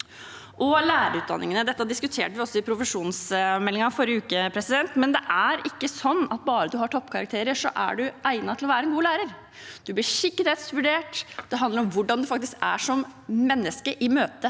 dette diskuterte vi også i forbindelse med profesjonsmeldingen i forrige uke – er det ikke slik at bare man har toppkarakterer, er man egnet til å være en god lærer. Man blir skikkethetsvurdert. Det handler om hvordan man faktisk er som menneske i møte